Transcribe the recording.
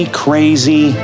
crazy